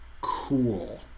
cool